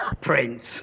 Prince